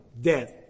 death